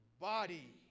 body